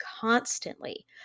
constantly